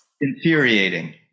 infuriating